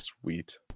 sweet